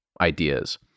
ideas